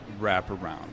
wraparound